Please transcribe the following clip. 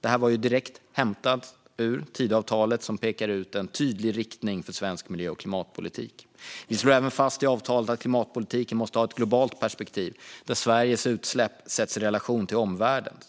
Det här var direkt hämtat ur Tidöavtalet, som pekar ut en tydlig riktning för svensk miljö och klimatpolitik. Vi slår även fast i avtalet att klimatpolitiken måste ha ett globalt perspektiv där Sveriges utsläpp sätts i relation till omvärldens.